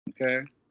okay